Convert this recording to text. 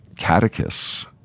catechists